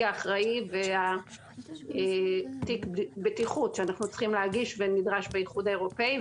האחראי ותיק בטיחות שאנחנו צריכים להגיש ונדרש באיחוד האירופי.